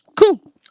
Cool